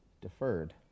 deferred